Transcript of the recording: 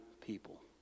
people